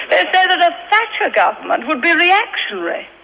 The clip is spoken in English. that that a thatcher government would be reactionary.